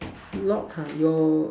lock ha you